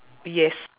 yes